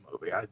movie